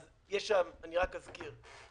אז יש שם שכירים